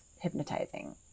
hypnotizing